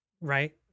Right